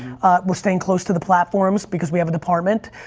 we're staying close to the platforms because we have a department.